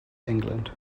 england